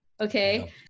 Okay